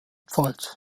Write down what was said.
pfalz